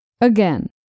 Again